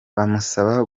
bamusaba